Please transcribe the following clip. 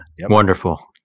Wonderful